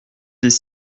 des